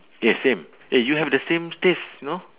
eh same eh you have the same taste you know